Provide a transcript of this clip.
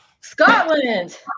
Scotland